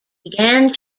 began